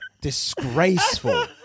Disgraceful